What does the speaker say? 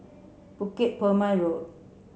Bukit Purmei Road